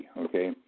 okay